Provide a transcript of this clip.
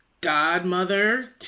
godmother